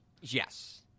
Yes